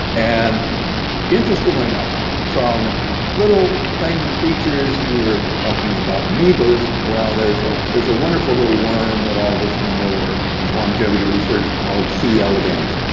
and interestingly enough, from little tiny creatures you were talking about amoebas, well there's ah there's a wonderful little worm that all of us know in longevity research called c. elegans.